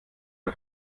ein